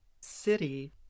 city